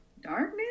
darkness